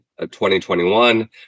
2021